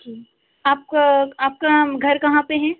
जो आपको आपका घर कहाँ पर है